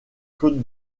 côtes